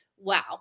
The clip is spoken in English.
wow